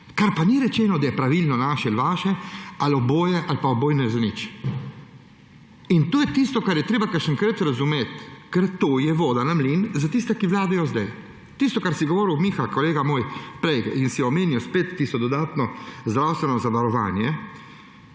Kar pa ni rečeno, da je pravilno naše, vaše ali oboje; ali pa je oboje zanič. In to je tisto, kar je treba včasih razumeti, ker to je voda na mlin za tiste, ki vladajo sedaj. Tisto, kar si govoril, Miha, kolega moj, prej in si omenil spet tisto dodatno zdravstveno zavarovanje,